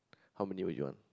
how many would you want